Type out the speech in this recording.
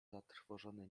zatrwożony